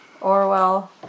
Orwell